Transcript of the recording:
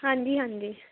ਹਾਂਜੀ ਹਾਂਜੀ